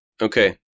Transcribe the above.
Okay